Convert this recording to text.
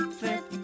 flip